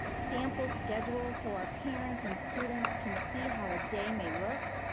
sample schedules so our parents and students can see how a day may look,